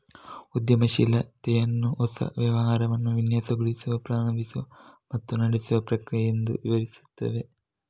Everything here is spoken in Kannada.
ಉದ್ಯಮಶೀಲತೆಯನ್ನು ಹೊಸ ವ್ಯವಹಾರವನ್ನು ವಿನ್ಯಾಸಗೊಳಿಸುವ, ಪ್ರಾರಂಭಿಸುವ ಮತ್ತು ನಡೆಸುವ ಪ್ರಕ್ರಿಯೆ ಎಂದು ವಿವರಿಸುತ್ತವೆ